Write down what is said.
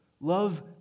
love